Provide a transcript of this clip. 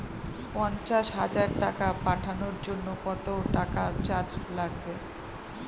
পণ্চাশ হাজার টাকা পাঠানোর জন্য কত টাকা চার্জ লাগবে?